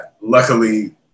luckily